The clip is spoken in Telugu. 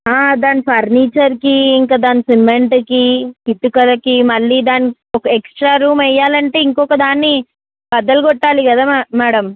దాని ఫర్నిచర్కి ఇంకా దాని సిమెంట్కి ఇటుకలకి మళ్ళీ దాని ఒక ఎక్స్ట్రా రూమ్ వెయ్యాలంటే ఇంకొక దాన్ని బద్దలు కొట్టాలి కదా మేడమ్